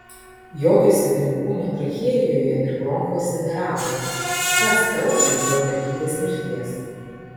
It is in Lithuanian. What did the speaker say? jokio svetimkūnio trachėjoje ir bronchuose neradome kas kaltas dėl mergytės mirties